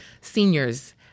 seniors